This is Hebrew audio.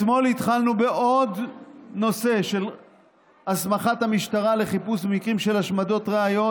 אתמול התחלנו בעוד נושא של הסמכת המשטרה לחיפוש במקרים של השמדות ראיות,